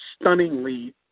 stunningly